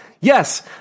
Yes